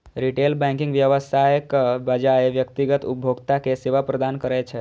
retail banking व्यवसायक बजाय व्यक्तिगत उपभोक्ता कें सेवा प्रदान करै छै